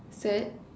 sad